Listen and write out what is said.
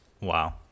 Wow